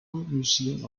museum